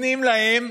נותנים להם,